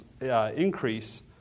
increase